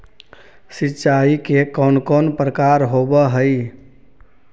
सिंचाई के कौन कौन प्रकार होव हइ?